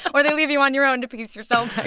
or they leave you on your own to piece yourself